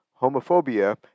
homophobia